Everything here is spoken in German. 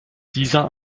dieser